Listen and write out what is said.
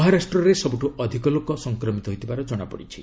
ମହାରାଷ୍ଟ୍ରରେ ସବୁଠୁ ଅଧିକ ଲୋକ ସଂକ୍ମିତ ହୋଇଥିବାର ଜଣାପଡ଼ିଛି